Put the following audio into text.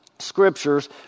scriptures